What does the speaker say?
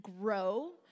grow